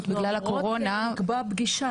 בגלל הקורונה ------ לקבוע פגישה,